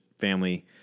family